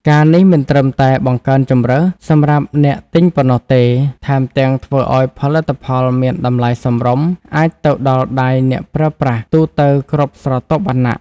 ការណ៍នេះមិនត្រឹមតែ បង្កើនជម្រើស សម្រាប់អ្នកទិញប៉ុណ្ណោះទេ ថែមទាំងធ្វើឱ្យផលិតផលមាន តម្លៃសមរម្យ អាចទៅដល់ដៃអ្នកប្រើប្រាស់ទូទៅគ្រប់ស្រទាប់វណ្ណៈ។